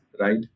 right